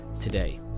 today